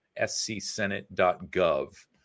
scsenate.gov